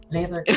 Later